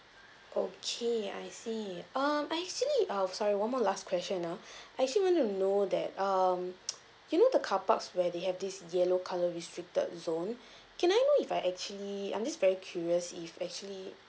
okay I see um I actually um sorry one more last question ah I actually want to know that um you know the carparks where they have this yellow colour restricted zones can I know if I actually I'm just very curious if actually